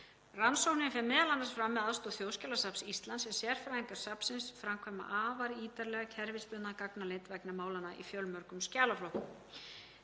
Rannsóknin fer m.a. fram með aðstoð Þjóðskjalasafns Íslands en sérfræðingar safnsins framkvæma afar ítarlega kerfisbundna gagnaleit vegna málanna í fjölmörgum skjalaflokkum.